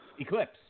Eclipse